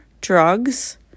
drugs